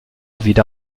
wieder